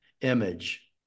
image